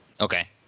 Okay